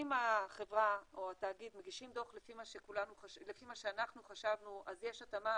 אם החברה או התאגיד מגישים דוח לפי מה שאנחנו חשבנו אז יש התאמה